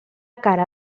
cara